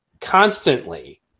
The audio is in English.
constantly